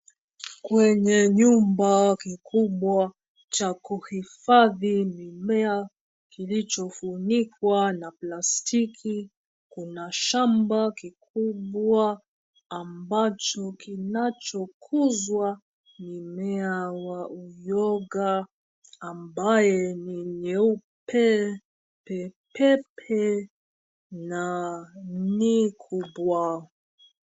Kwenye nyumba kikubwa cha kuhifadhi mimea kilichofunikwa na plastiki. Kuna shamba kikubwa ambacho kinachokuzwa mimea wa uwoga ambaye ni nyeupe pepepe na ni kubwa.